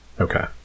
Okay